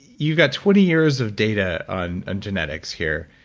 you've got twenty years of data on ah genetics here.